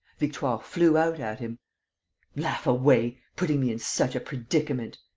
victoire flew out at him laugh away. putting me in such a predicament.